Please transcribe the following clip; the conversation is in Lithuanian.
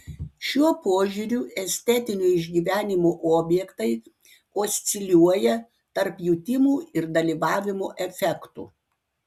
šiuo požiūriu estetinio išgyvenimo objektai osciliuoja tarp jutimų ir dalyvavimo efektų